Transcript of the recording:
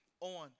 on